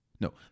no